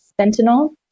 sentinel